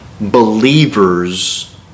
Believers